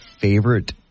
favorite